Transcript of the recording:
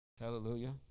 hallelujah